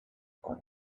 کنم